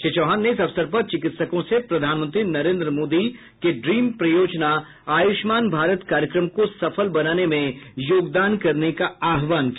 श्री चौहान ने इस अवसर पर चिकित्सकों से प्रधानमंत्री नरेन्द्र मोदी की ड्रीम परियोजना आयुष्मान भारत कार्यक्रम को सफल बनाने में योगदान करने का आह्वान किया